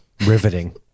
Riveting